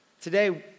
Today